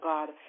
God